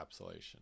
encapsulation